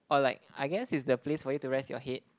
or like I guess it's the place for you to rest your head